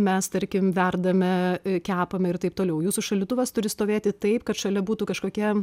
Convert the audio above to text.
mes tarkim verdame kepame ir taip toliau jūsų šaldytuvas turi stovėti taip kad šalia būtų kažkokia